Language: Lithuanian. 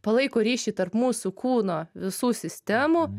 palaiko ryšį tarp mūsų kūno visų sistemų